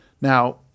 Now